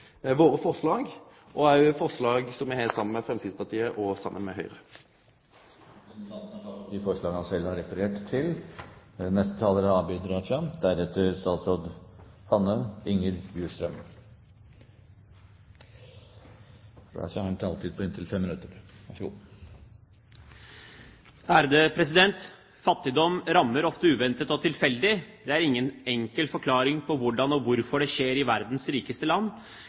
våre forslag og forslaga som me har saman med Høgre. Representanten Kjell Ingolf Ropstad har tatt opp de forslagene han refererte til. Fattigdom rammer ofte uventet og tilfeldig. Det er ingen enkel forklaring på hvordan og hvorfor det skjer i verdens rikeste land,